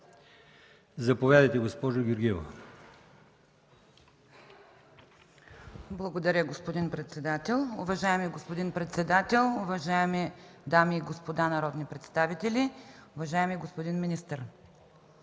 МИЛЕВА-ГЕОРГИЕВА (ГЕРБ): Благодаря, господин председател. Уважаеми господин председател, уважаеми дами и господа народни представители, уважаеми господин министър!